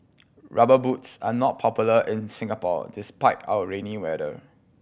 Rubber Boots are not popular in Singapore despite our rainy weather